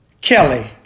Kelly